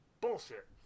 bullshit